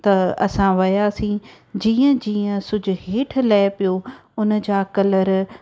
त असां वियासी जीअं जीअं सिज हेठि लहे पियो उनजा कलर